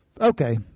Okay